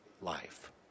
life